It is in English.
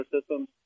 systems